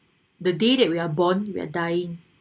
the day that we are born we're dying